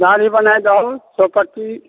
दाढ़ी बनाय दहो छौपट्टी